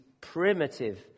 primitive